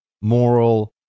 moral